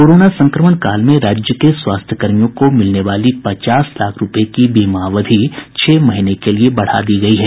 corona संक्रमण काल में राज्य के स्वास्थ्यकर्मियों को मिलने वाली पचास लाख रूपये की बीमा अवधि छह महीने के लिए बढ़ा दी गयी है